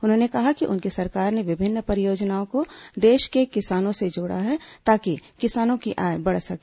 उन्होंने कहा कि उनकी सरकार ने विभिन्न परियोजनाओं को देश के किसानों से जोड़ा हैं ताकी किसानों की आय बढ़ सके